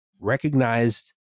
recognized